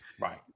Right